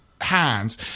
hands